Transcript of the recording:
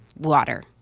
water